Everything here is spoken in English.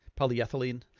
Polyethylene